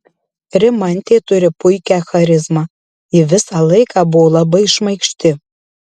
rimantė turi puikią charizmą ji visą laiką buvo labai šmaikšti